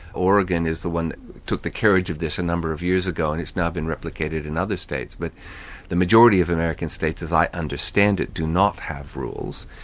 oregon is the one that took the carriage of this a number of years ago, and it's now been replicated in other states, but the majority of american states as i understand it do not have rules,